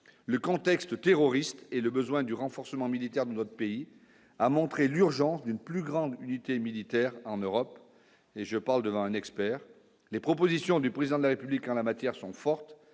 le contexte terroriste et le besoin du renforcement militaire de notre pays, a montré l'urgence d'une plus grande unité militaire en Europe et je parle devant un expert, les propositions du président de la République en la matière sont fortes,